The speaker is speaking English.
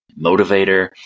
motivator